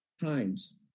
times